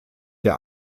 der